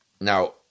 Now